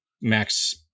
Max